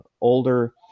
older